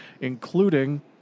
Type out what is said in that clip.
including